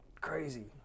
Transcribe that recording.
Crazy